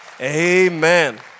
Amen